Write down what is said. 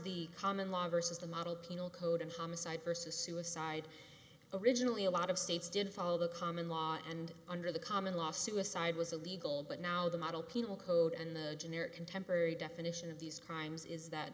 the common law versus the model penal code and homicide versus suicide originally a lot of states did follow the common law and under the common law suicide was illegal but now the model penal code and the generic contemporary definition of these crimes is that